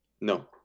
No